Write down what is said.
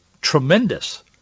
tremendous